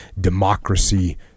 democracy